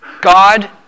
God